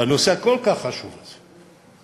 בנושא הכל-כך חשוב הזה,